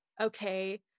okay